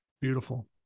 Beautiful